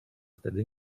wtedy